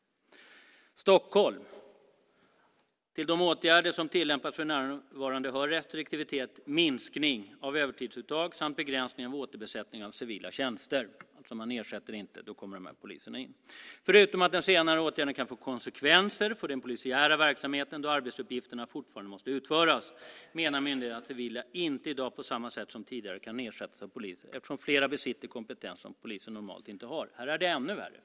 Stockholm: Till de åtgärder som tillämpas för närvarande hör restriktivitet, minskning av övertidsuttag samt begränsning av återbesättning av civila tjänster. Man ersätter inte, och då kommer poliserna in. Förutom att den senare åtgärden kan få konsekvenser för den polisiära verksamheten, då arbetsuppgifterna fortfarande måste utföras, menar myndigheten att civila inte i dag på samma sätt som tidigare kan ersättas av poliser, eftersom flera besitter kompetens som polisen normalt inte har. Här är det ännu värre.